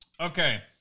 Okay